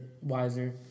wiser